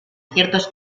ciertos